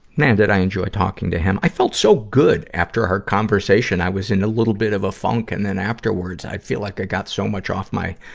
man, did i enjoy talking to him. i felt so good after our conversation. i was in a little bit of a funk. and then afterwards, i feel like i got so much off my,